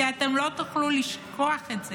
כי אתם לא תוכלו לשכוח את זה,